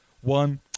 one